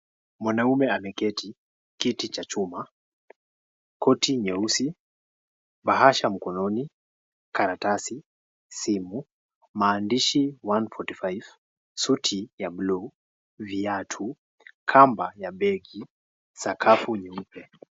Mwanaume ameketi, kiti cha chuma, koti nyeusi, bahasha mkononi, karatasi, simu, maandishi 145, suti ya bluui, viatu, kamba ya beki, sakafu nyeupe.